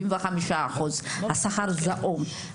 75%, השכר זעום.